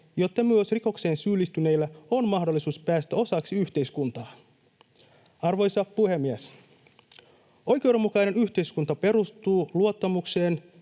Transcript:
jotta myös rikokseen syyllistyneillä on mahdollisuus päästä osaksi yhteiskuntaa. Arvoisa puhemies! Oikeudenmukainen yhteiskunta perustuu luottamukseen.